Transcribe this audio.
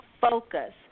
focus